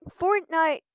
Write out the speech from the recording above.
Fortnite